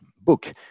book